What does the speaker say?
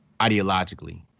Ideologically